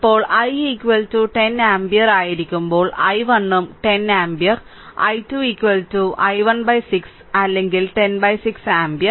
ഇപ്പോൾ i 10 ampere ആയിരിക്കുമ്പോൾ i1 ഉം 10 ആമ്പിയർ i2 i1 6 അല്ലെങ്കിൽ 106 ആമ്പിയർ